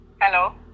Hello